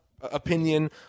opinion